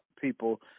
people